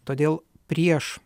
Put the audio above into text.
todėl prieš